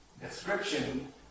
description